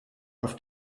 auf